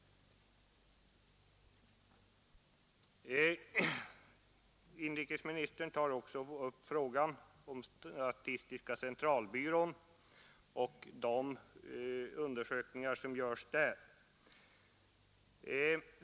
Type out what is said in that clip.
Inrikesministern tar också upp frågan om statistiska centralbyrån och de undersökningar som görs där.